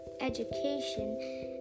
education